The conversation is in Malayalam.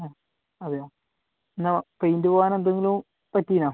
ആ അതെയാ പിന്നാ പെയിൻറ്റ് പോവാൻ എന്തെങ്കിലും പറ്റീനാ